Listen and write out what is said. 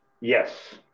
Yes